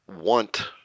want